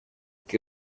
que